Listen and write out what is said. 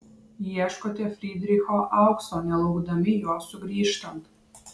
ieškote frydricho aukso nelaukdami jo sugrįžtant